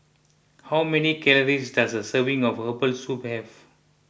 how many calories does a serving of Herbal Soup have